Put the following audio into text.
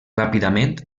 ràpidament